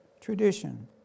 tradition